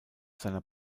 seiner